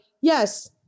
yes